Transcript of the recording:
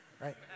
Right